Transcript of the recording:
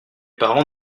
parents